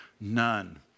none